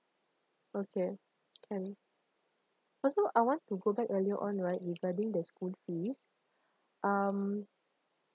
okay can also I want to go back earlier on right regarding the school fees um